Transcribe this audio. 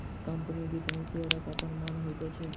company वित्त मे शेयरक अपन मान होइत छै